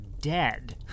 dead